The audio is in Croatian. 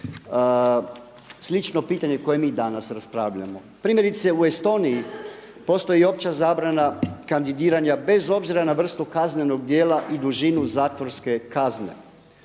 slično pitanje koje mi danas raspravljamo. Primjerice u Estoniji postoji opća zabrana kandidiranja bez obzira na vrstu kaznenog djela i dužinu zatvorske kazne.